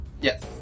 Yes